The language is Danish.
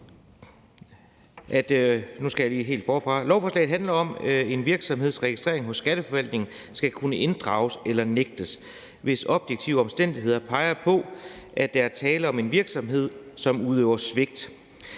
Vi foreslår, at en virksomheds registrering hos Skatteforvaltningen skal kunne inddrages eller nægtes, hvis objektive omstændigheder peger på, at der er tale om en virksomhed, som udøver svig.